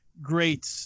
great